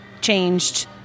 changed